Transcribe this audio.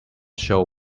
show